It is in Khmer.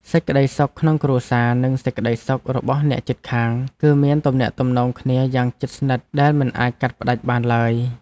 សេចក្តីសុខក្នុងគ្រួសារនិងសេចក្តីសុខរបស់អ្នកជិតខាង គឺមានទំនាក់ទំនងគ្នាយ៉ាងជិតស្និទ្ធដែលមិនអាចកាត់ផ្តាច់បានឡើយ។